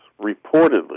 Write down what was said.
Reportedly